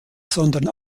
sondern